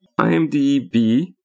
IMDb